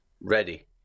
Ready